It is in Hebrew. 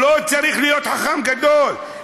לא צריך להיות חכם גדול,